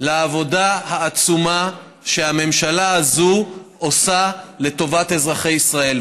לעבודה העצומה שהממשלה הזאת עושה לטובת אזרחי ישראל.